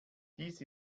dies